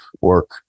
work